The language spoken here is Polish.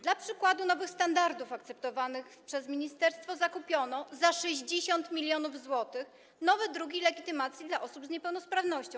Dla przykładu nowych standardów akceptowanych przez ministerstwo zakupiono za 60 mln zł nowe druki legitymacji dla osób z niepełnosprawnością.